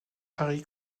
harry